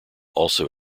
also